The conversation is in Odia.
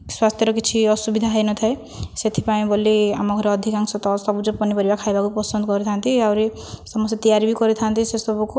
ସ୍ୱାସ୍ଥ୍ୟର କିଛି ଅସୁବିଧା ହୋଇନଥାଏ ସେଥିପାଇଁ ବୋଲି ଆମ ଘରେ ଅଧିକାଂଶ ତ ସବୁଜ ପନିପରିବା ଖାଇବାକୁ ପସନ୍ଦ କରିଥାନ୍ତି ଆହୁରି ସମସ୍ତେ ତିଆରି ବି କରିଥାନ୍ତି ସେସବୁକୁ